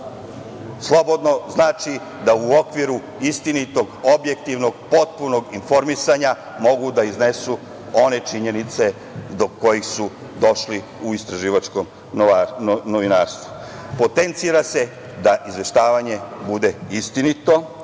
slobodno znači da u okviru istinitog, objektivnog, potpunog informisanja mogu da iznesu one činjenice do kojih su došli u istraživačkom novinarstvu. Potencira se da izveštavanje bude istinito,